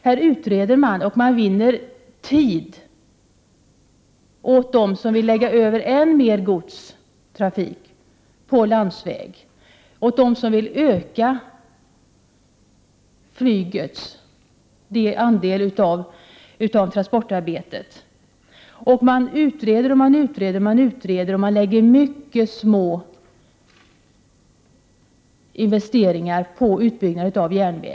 Här utreder man och vinner tid åt dem som vill lägga över än mer godstrafik på landsväg och dem som vill öka flygets andel av transportarbetet. Man utreder och man = Prot. 1988/89:118 utreder, men man investerar endast i ringa grad i en utbyggnad av järnvägen.